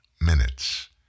minutes